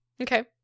Okay